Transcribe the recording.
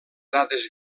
dades